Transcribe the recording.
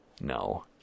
No